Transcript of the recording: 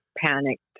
Panicked